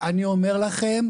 אני אומר לכם,